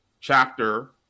chapter